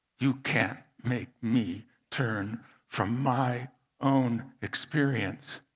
you can't make me turn from my own experience.